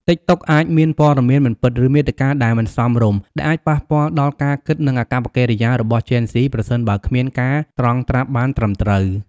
តិកតុកអាចមានព័ត៌មានមិនពិត ឬមាតិកាដែលមិនសមរម្យ ដែលអាចប៉ះពាល់ដល់ការគិត និងអាកប្បកិរិយារបស់ជេនហ្ស៊ី ប្រសិនបើគ្មានការត្រងត្រាប់បានត្រឹមត្រូវ។